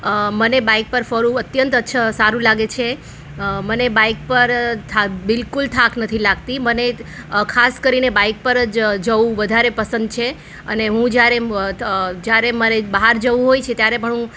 મને બાઈક પર ફરવું અત્યંત સારું લાગે છે મને બાઈક પર બિલકુલ થાક નથી લાગતી મને ખાસ કરીને બાઈક પર જ જવું વધારે પસંદ છે અને હું જ્યારે જ્યારે મારે બહાર જવું હોય છે ત્યારે પણ હું